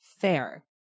Fair